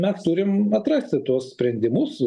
mes turim atrasti tuos sprendimus